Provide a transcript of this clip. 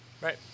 Right